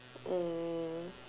um